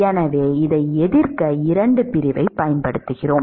எனவே இதை எதிர்க்க 2 பிரிவைப் பயன்படுத்துகிறோம்